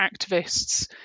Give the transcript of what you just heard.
activists